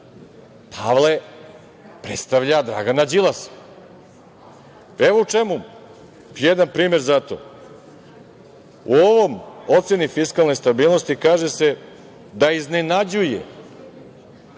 Pavle predstavlja Dragana Đilasa. Evo jedan primer za to.U ovoj oceni fiskalne stabilnosti kaže se da iznenađuje činjenica